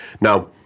Now